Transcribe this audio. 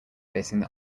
facing